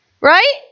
Right